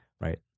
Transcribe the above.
right